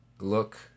look